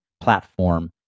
platform